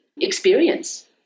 experience